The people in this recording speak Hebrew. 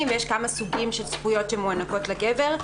ויש כמה סוגים של זכויות שמוענקות לגבר.